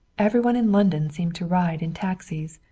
every one in london seemed to ride in taxis.